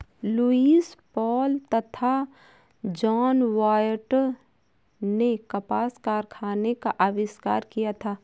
Lewis Paul तथा John Wyatt ने कपास कारखाने का आविष्कार किया था